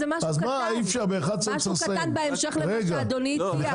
זה משהו קטן בהמשך למה שאדוני הציע עכשיו.